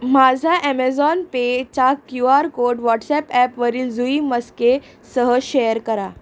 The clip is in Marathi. माझा ॲमेझॉन पेचा क्यू आर कोड व्हॉट्सॲप ॲपवरील जुई मस्के सह शेअर करा